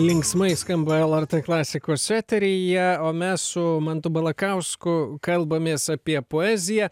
linksmai skamba lrt klasikos eteryje o mes su mantu balakausku kalbamės apie poeziją